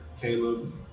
Caleb